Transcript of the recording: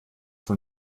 von